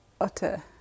utter